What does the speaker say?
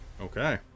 okay